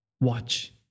Watch